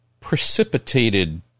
precipitated